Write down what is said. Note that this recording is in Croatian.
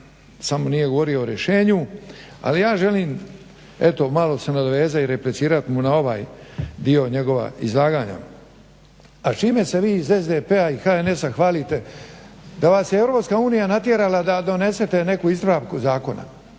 samo nije govorio o rješenju ali ja želim eto malo se nadovezat i replicirat mu na ovaj dio njegova izlaganja. A s čime se vi iz SDP-a i HNS-a hvalite da vas je Europska unija natjerala da donesete neku ispravku zakona